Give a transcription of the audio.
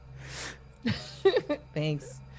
Thanks